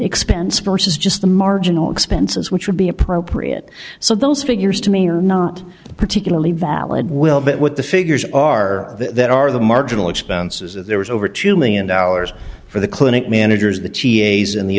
expense versus just the marginal expenses which would be appropriate so those figures to me are not particularly valid will but what the figures are that are the marginal expenses that there was over two million dollars for the clinic managers the t a s and the